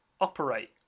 operate